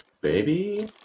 baby